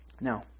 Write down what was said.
Now